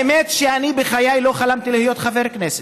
האמת היא שאני לא חלמתי בחיי להיות חבר כנסת.